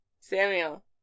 Samuel